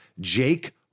Jake